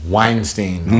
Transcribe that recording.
Weinstein